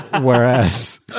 Whereas